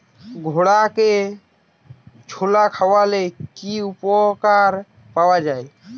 ঘোড়াকে ছোলা খাওয়ালে কি উপকার পাওয়া যায়?